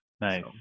nice